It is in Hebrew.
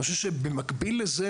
אני חושב שבמקביל לזה,